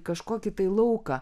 kažkokį tai lauką